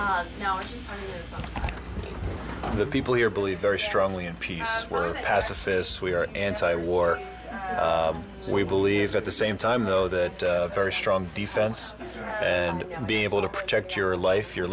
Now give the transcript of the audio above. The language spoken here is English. and the people here believe very strongly in peace we're pacifists we are anti war we believe at the same time though that very strong defense and being able to protect your life your